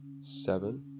seven